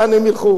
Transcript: לאן הם ילכו,